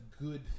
good